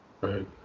right